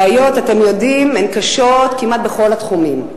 בעיות, אתם יודעים, הן קשות כמעט בכל התחומים,